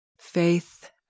faith